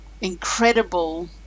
incredible